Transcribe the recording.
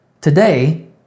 today